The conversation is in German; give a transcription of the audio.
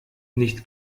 nicht